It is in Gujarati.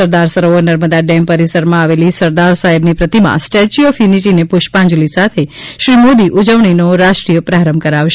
સરદાર સરોવર નર્મદા ડેમ પરિસરમાં આવેલી સરદાર સાહેબની પ્રતિમા સ્ટેચ્યુ ઓફ યુનિટીને પુષ્પાંજલી સાથે શ્રી મોદી ઉજવણીનો રાષ્ટ્રીય પ્રાંરભ કરાવશે